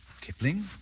Kipling